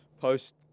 post